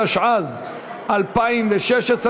התשע"ז 2016,